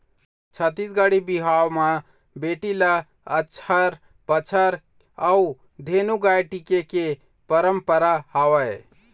छत्तीसगढ़ी बिहाव म बेटी ल अचहर पचहर अउ धेनु गाय टिके के पंरपरा हवय